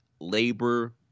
labor